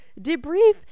debrief